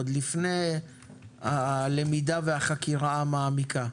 עוד לפני הלמידה והחקיקה המעמיקה,